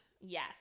yes